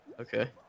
okay